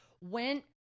went